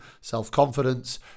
self-confidence